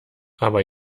aber